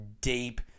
deep